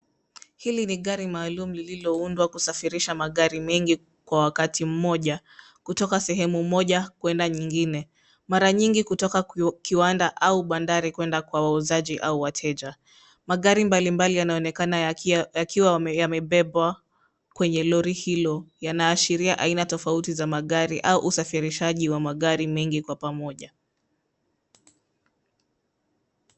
Hili ni gari maalum lililoundwa kusafirisha magari mengi kwa wakati mmoja, kutoka sehemu moja kwenda nyingine. Mara nyingi kutoka kiwanda au bandari kwenda kwa wauzaji au wateja. Magari mbalimbali yanaonekana yakiwa yamebebwa kwenye lori hilo, yanaashiria aina tofauti za magari au usafirishaji wa magari mengi kwa pamoja.